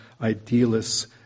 idealists